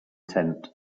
tent